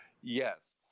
yes